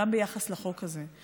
גם ביחס לחוק הזה,